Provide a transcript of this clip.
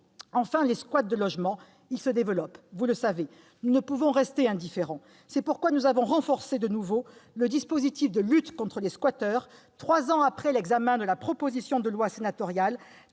Les squats de logements se développent, vous le savez. Nous ne pouvons rester indifférents. C'est pourquoi nous avons renforcé de nouveau le dispositif de lutte contre les squatteurs, trois ans après l'examen de la proposition de loi sénatoriale